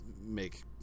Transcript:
make